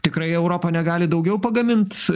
tikrai europa negali daugiau pagamint